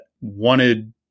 wanted